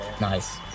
nice